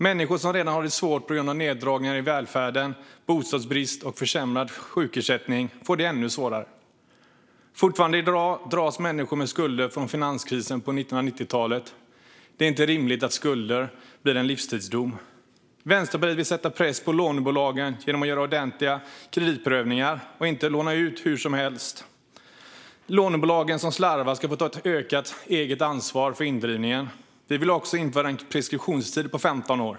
Människor som redan har det svårt på grund av neddragningar i välfärden, bostadsbrist och försämrad sjukersättning får det ännu svårare. Fortfarande i dag dras människor med skulder från finanskrisen på 1990-talet. Det är inte rimligt att skulder blir en livstidsdom. Vänsterpartiet vill sätta press på lånebolagen för att de ska göra ordentliga kreditprövningar och inte låna ut hur som helst. Lånebolag som slarvar ska få ta ökat eget ansvar för indrivningen. Vi vill också införa en preskriptionstid på 15 år.